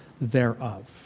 thereof